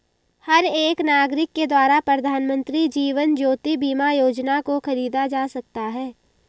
हर एक नागरिक के द्वारा प्रधानमन्त्री जीवन ज्योति बीमा योजना को खरीदा जा सकता है